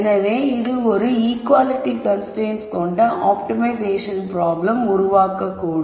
எனவே இது ஒரு ஈக்குவாலிட்டி கன்ஸ்ரைன்ட்ஸ் கொண்ட ஆப்டிமைசேஷன் ப்ராப்ளம் உருவாக்க கூடும்